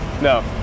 No